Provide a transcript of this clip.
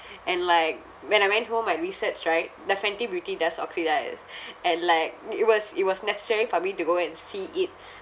and like when I went home I researched right the Fenty beauty does oxidise and like it was it was necessary for me to go and see it